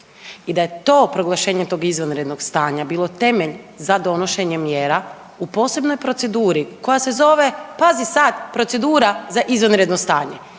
i da je to proglašenje tog izvanrednog stanja bilo temelj za donošenje mjera u posebnoj proceduri koja se zove, pazi sad, procedura za izvanredno stanje